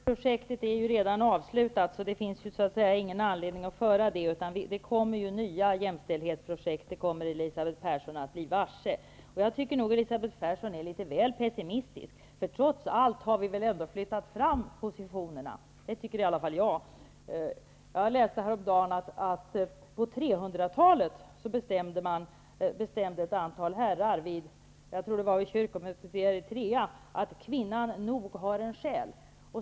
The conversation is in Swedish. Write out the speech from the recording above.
Herr talman! Projektet är ju redan avslutat, så det finns ingen anledning att driva det. Det kommer ju nya jämställdhetsprojekt -- det kommer Elisabeth Persson att bli varse. Jag tycker att Elisabeth Persson är litet väl pessimistisk. Trots allt har vi väl ändå flyttat fram positionerna? Det tycker i alla fall jag. Jag läste häromdagen att ett antal herrar, jag tror det var vid kyrkomötet i Eritrea, på 300-talet bestämde att kvinnan nog har en själ.